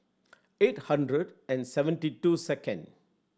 eight hundred and seventy two second